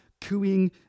cooing